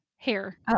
Hair